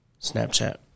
Snapchat